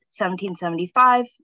1775